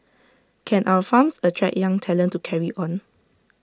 can our farms attract young talent to carry on